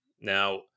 Now